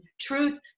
truth